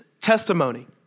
testimony